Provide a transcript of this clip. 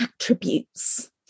attributes